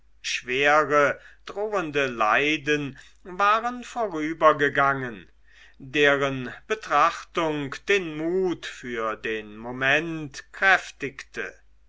schwere drohende leiden waren vorübergegangen deren betrachtung den mut für den moment kräftigte